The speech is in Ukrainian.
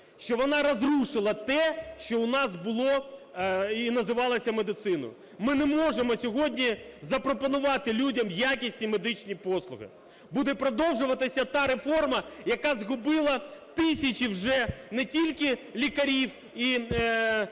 Що вона розрушила те, що у нас було і називалося медициною. Ми не можемо сьогодні запропонувати людям якісні медичні послуги. Буде продовжуватися та реформа, яка згубила тисячі вже не тільки лікарів і лікарських